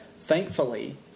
thankfully